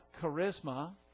charisma